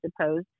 suppose